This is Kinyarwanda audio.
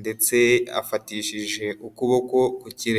ndetse afatishije ukuboko ku kirerenge.